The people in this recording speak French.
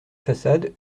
façade